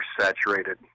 saturated